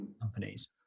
companies